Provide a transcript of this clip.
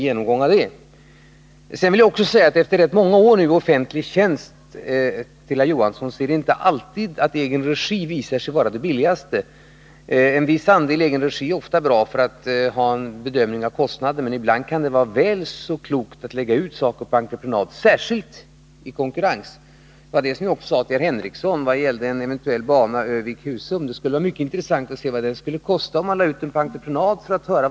Jag vill också säga till Rune Johansson att jag efter många år i offentlig tjänst vet att det inte alltid visar sig att verksamhet i egen regi är det billigaste. En viss andel i egen regi är ofta bra för att man skall få en bedömning av kostnaden, men ibland kan det vara väl så klokt att lägga ut saker på entreprenad, särskilt i konkurrens. Detta sade jag till Sven Henricsson när det gällde en eventuell bana vid Husum. Det kunde vara mycket intressant att se vad det skulle kosta om man lade ut den på entreprenad.